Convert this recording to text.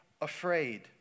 afraid